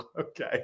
okay